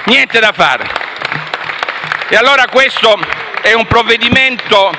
dal Gruppo FI-BP)*. Questo è un provvedimento